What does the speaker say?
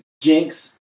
jinx